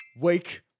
Wake